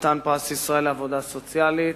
חתן פרס ישראל לעבודה סוציאלית,